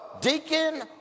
deacon